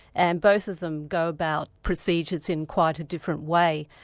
and both them go about procedures in quite a different way.